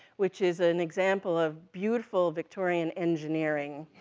which is an example of beautiful victorian engineering.